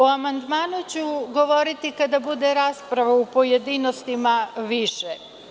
O amandmanu ću govoriti kada bude rasprava u pojedinostima više.